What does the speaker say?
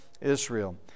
Israel